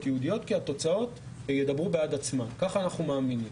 ייעודיות כי התוצאות ידברו בעד עצמן - כך אנחנו מאמינים.